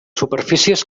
superfícies